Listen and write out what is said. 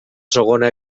segona